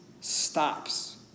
stops